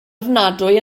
ofnadwy